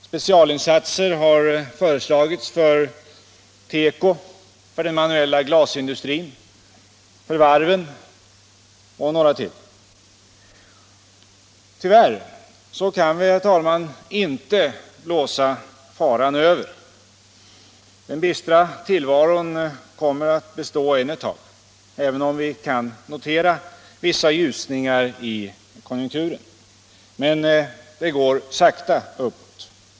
Specialinsatser har föreslagits för teko, för den manuella glasindustrin, för varven och några branscher till. Tyvärr kan vi inte blåsa faran över. Den bistra situationen kommer att bestå än ett tag, även om vi kan notera vissa ljusningar i konjunkturen. Men det går sakta uppåt.